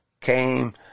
came